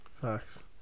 Facts